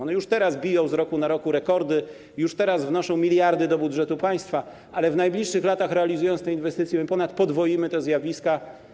One już teraz biją z roku na rok rekordy, już teraz wnoszą miliardy do budżetu państwa, ale w najbliższych latach, realizując te inwestycje, więcej niż podwoimy te wartości.